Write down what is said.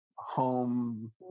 home